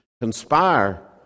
conspire